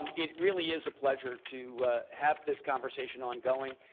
um it really is a pleasure to have this conversation ongoing,